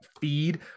feed